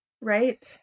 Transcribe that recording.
Right